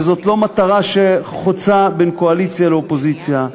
זו לא מטרה שחוצה קואליציה ואופוזיציה,